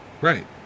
Right